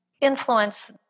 influence